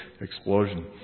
explosion